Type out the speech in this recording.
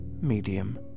medium